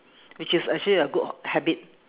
which is actually a good habit